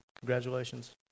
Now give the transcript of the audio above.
Congratulations